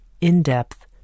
in-depth